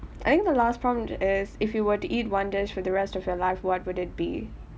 I think the last prompt is if you were to eat one dish for the rest of your life what would it be